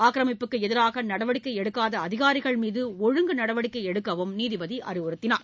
ஆக்கிரமிப்புக்கு எதிராக நடவடிக்கை எடுக்காத அதிகாரிகள்மீது ஒழுங்கு நடவடிக்கை எடுக்கவும் அவர் அறிவுறுத்தினார்